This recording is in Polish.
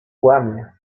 kłamię